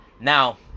Now